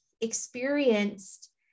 experienced